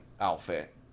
outfit